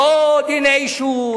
לא דיני אישות